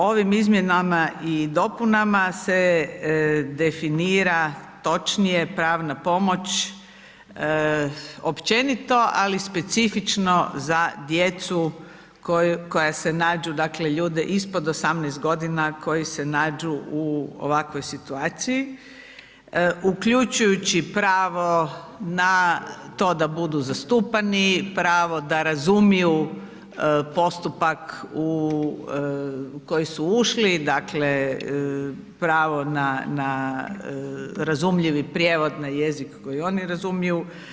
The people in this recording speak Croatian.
Ovim izmjenama i dopunama se definira točnije pravna pomoć općenito, ali specifično za djecu koja se nađu, dakle ljude ispod 18 godina koji se nađu u ovakvoj situaciji, uključujući pravo na to da budu zastupani, pravo da razumiju postupak u koji su ušli, dakle, pravo na razumljivi prijevoz na jezik koji oni razumiju.